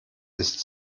ist